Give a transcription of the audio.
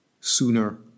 sooner